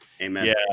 amen